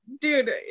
dude